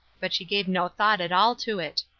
but she gave no thought at all to it.